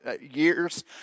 years